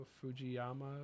Fujiyama